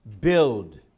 build